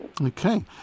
Okay